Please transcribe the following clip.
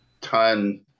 ton